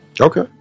Okay